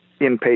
inpatient